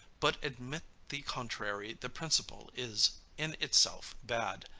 but admit the contrary, the principle is in itself bad.